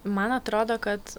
man atrodo kad